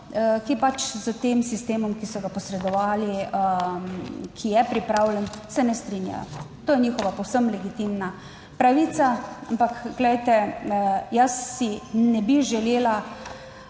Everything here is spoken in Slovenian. ki pač s tem sistemom, ki so ga posredovali. Ki je pripravljen. Se ne strinjajo. To je njihova povsem legitimna pravica. Ampak, glejte, jaz si ne bi želela,